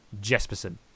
Jespersen